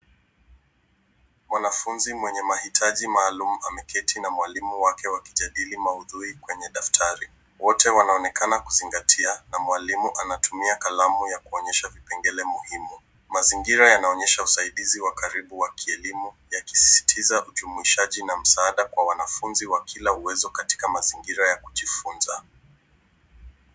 Mwanafunzi mwenye mahitaji maalum, ameketi na mwalimu wake wakijadili maudhui kwenye daftari. Wote wanaonekana kuzingatia, na mwalimu anatumia kalamu ya kuonyesha vipengele muhimu. Mazingira yanaonyesha usaidizi wa karibu wa kielimu, yakisisitiza ujumuishaji na msaada kwa wanafunzi wa kila uwezo katika mazingira ya kujifunza.